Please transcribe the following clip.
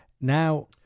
Now